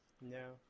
no